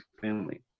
family